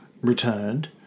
returned